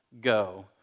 go